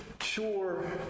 sure